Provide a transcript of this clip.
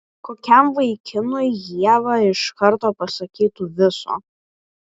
kokiam vaikinui ieva iš karto pasakytų viso